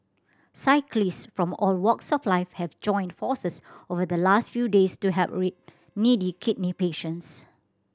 cyclist from all walks of life have joined forces over the last few days to help needy kidney patients